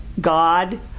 God